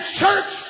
church